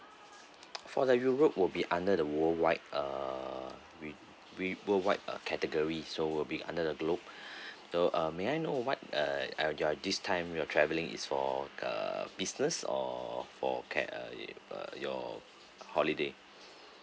for the europe will be under the worldwide err we~ we~ worldwide uh categories so will be under the globe so uh may I know what are uh your this time you're travelling is for uh business or for ca~ uh uh your holiday